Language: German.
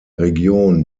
region